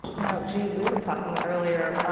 you know yunji we were talking earlier,